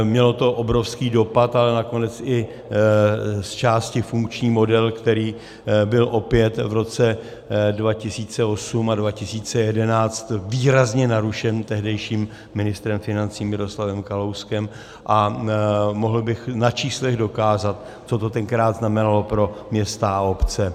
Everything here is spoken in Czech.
Mělo to obrovský dopad, ale nakonec i zčásti funkční model, který byl opět v roce 2008 a 2011 výrazně narušen tehdejším ministrem financí Miroslavem Kalouskem, a mohl bych na číslech dokázat, co to tenkrát znamenalo pro města a obce.